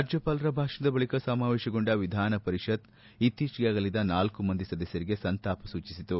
ರಾಜ್ಞಪಾಲರ ಭಾಷಣದ ಬಳಿಕ ಸಮಾವೇಶಗೊಂಡ ವಿಧಾನ ಪರಿಷತ್ ಇತ್ತೀಚೆಗೆ ಅಗಲಿದ ನಾಲ್ಲು ಮಂದಿ ಸದಸ್ಯರಿಗೆ ಸಂತಾಪ ಸೂಚಿಸಿತು